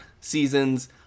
seasons